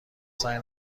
سعی